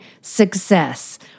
success